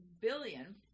billion